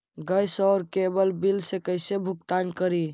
Gas और cable bill के कैसे भुगतान करी?